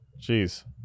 Jeez